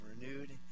renewed